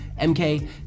MK